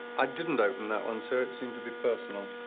i didn't open that one sir it seemed to be personal.